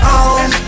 on